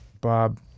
Bob